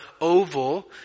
oval